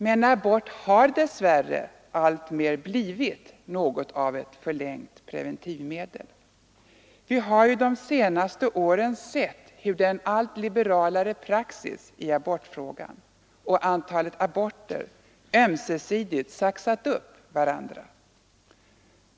Men abort har dess värre alltmer blivit något av ett förlängt preventivmedel. Vi har de senaste åren sett hur den allt liberalare praxis i abortfrågan och antalet aborter ömsesidigt saxat upp varandra.